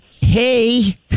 hey